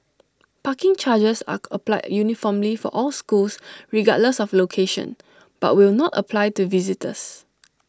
parking charges are applied uniformly for all schools regardless of location but will not apply to visitors